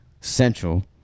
Central